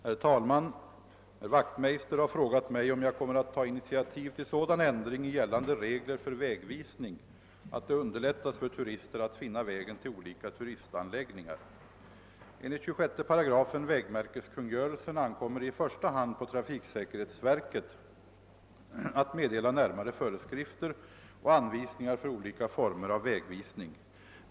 Herr talman! Herr Wachtmeister har frågat mig, om jag kommer att ta initiativ till sådan ändring i gällande regler för vägvisning, att det underlättas för turister att finna vägen till olika turistanläggningar. Enligt 26 8 vägmärkeskungörelsen ankommer det i första hand på trafiksäkerhetsverket att meddela närmare föreskrifter och anvisningar för olika former av vägvisning.